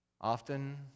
Often